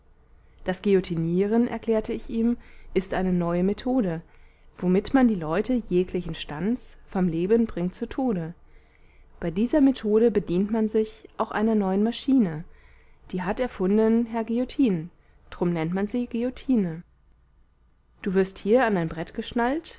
das guillotinieren erklärte ich ihm ist eine neue methode womit man die leute jeglichen stands vom leben bringt zu tode bei dieser methode bedient man sich auch einer neuen maschine die hat erfunden herr guillotin drum nennt man sie guillotine du wirst hier an ein brett geschnallt